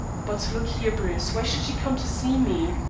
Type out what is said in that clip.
but look here, bruce. why should she come to see me?